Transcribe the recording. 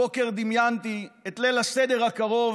הבוקר דמיינתי את ליל הסדר הקרוב,